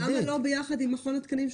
למה לא ביחד עם מכון התקנים,